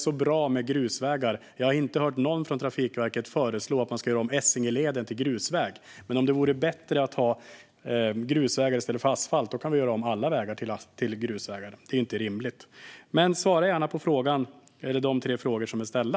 Jag har inte hört någon från Trafikverket föreslå att man ska göra om Essingeleden till grusväg, men om det vore bättre att ha grusvägar i stället för asfalt kan vi göra om alla vägar till grusvägar. Det är inte rimligt. Svara gärna på de tre frågor som är ställda.